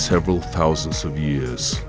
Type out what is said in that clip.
several thousands of years